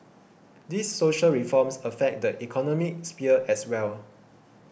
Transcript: these social reforms affect the economic sphere as well